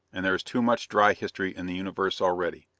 and there is too much dry history in the universe already.